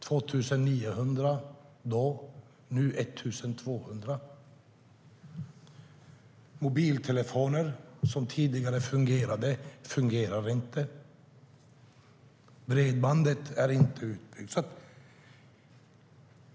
Det fanns 2 900 då. Nu är de 1 200. Mobiltelefoner som fungerade tidigare fungerar inte, och bredbandet är inte utbyggt.